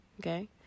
okay